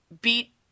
beat